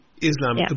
Islam